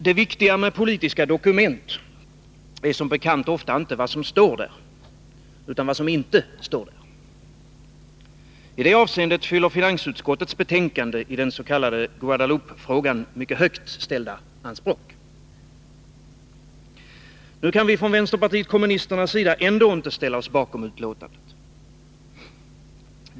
Herr talman! Det viktiga med politiska dokument är som bekant ofta inte vad som står där, utan vad som inte står där. I det avseendet fyller finansutskottets betänkande i den s.k. Guadeloupefrågan mycket högt ställda anspråk. Nu kan vi från vänsterpartiet kommunisternas sida ändå inte ställa oss bakom betänkandet.